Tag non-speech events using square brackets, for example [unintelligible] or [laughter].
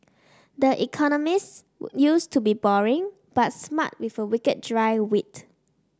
the economist [unintelligible] used to be boring but smart with a wicked dry wit